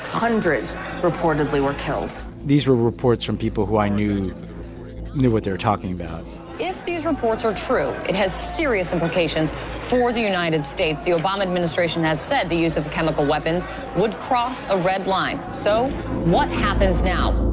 hundreds reportedly were killed these were reports from people who i knew knew what they were talking about if these reports are true, it has serious implications for the united states. the obama administration has said the use of chemical weapons would cross a red line. so what happens now?